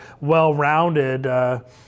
well-rounded